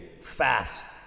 fast